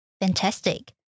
Fantastic